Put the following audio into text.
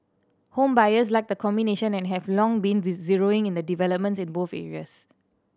home buyers like the combination and have long been zeroing in the developments in both areas